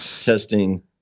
testing